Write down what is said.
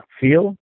feel